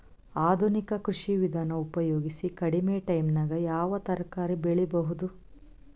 ಆಧುನಿಕ ಕೃಷಿ ವಿಧಾನ ಉಪಯೋಗಿಸಿ ಕಡಿಮ ಟೈಮನಾಗ ಯಾವ ತರಕಾರಿ ಬೆಳಿಬಹುದು?